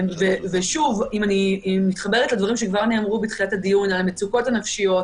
אני מתחברת לדברים שנאמרו בתחילת הדיון על המצוקות הנפשיות,